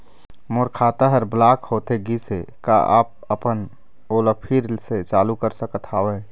मोर खाता हर ब्लॉक होथे गिस हे, का आप हमन ओला फिर से चालू कर सकत हावे?